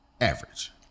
average